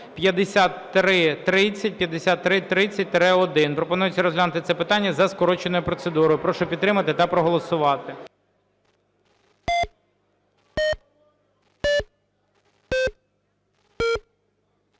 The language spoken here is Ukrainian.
прийнято. Пропонується розглянути це питання за скороченою процедурою. Прошу підтримати та проголосувати.